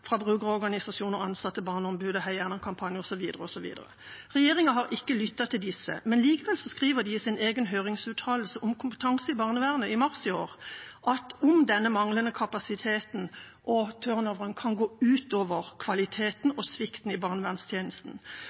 fra brukerorganisasjoner og ansatte i Barneombudet, fra heierna-kampanjen osv. Regjeringa har ikke lyttet til disse, men likevel skriver den i sin egen høringsuttalelse om kompetanse i barnevernet i mars i år at denne manglende kapasiteten og turnoveren kan gå ut over kvaliteten og være en svikt i barnevernstjenesten.